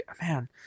man